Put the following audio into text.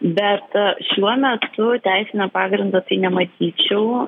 bet šiuo metu teisinio pagrindo tai nematyčiau